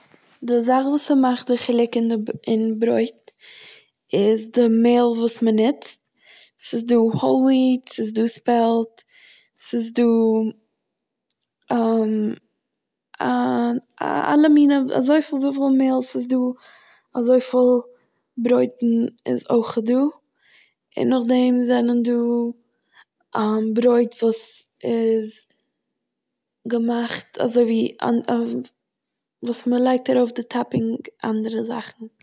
די זאך וואס ס'מאכט א חילוק אין די- אין ברויט איז די מעל וואס מ'נוצט, ס'איז דא האול וויהט, ס'איז דא ספעלט, ס'איז דא א- אלע מינע אזויפיל וויפיל מעל ס'איז דא אזויפיל ברויטן איז אויך דא, און נאכדעם זענען דא ברויט וואס איז געמאכט אזוי ווי אוי- אויף- וואס מ'לייגט ארויף די טאפפינג אנדערע זאכן.